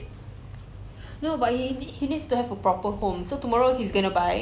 kan dia macam budak seh